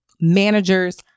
Managers